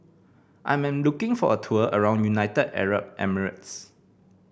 I am looking for a tour around United Arab Emirates